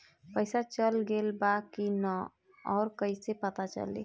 पइसा चल गेलऽ बा कि न और कइसे पता चलि?